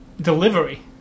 delivery